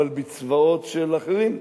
אבל בצבאות של אחרים.